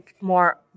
more